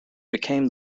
became